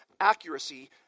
accuracy